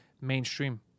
mainstream